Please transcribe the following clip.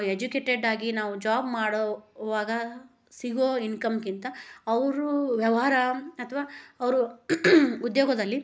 educated ಆಗಿ ನಾವು job ಮಾಡೊವಾಗ ಸಿಗೋ ಇನ್ಕಮ್ಕ್ಕಿಂತ ಅವರು ವ್ಯವಹಾರ ಅಥ್ವಾ ಅವರು ಉದ್ಯೋಗದಲ್ಲಿ